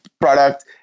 product